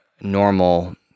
normal